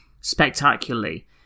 spectacularly